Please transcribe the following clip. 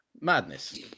Madness